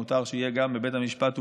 מותר שיהיה גם בבית המשפט הומור,